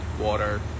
water